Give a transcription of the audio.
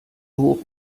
hoch